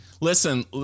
Listen